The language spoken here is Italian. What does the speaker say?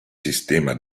sistema